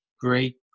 great